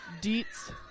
Deets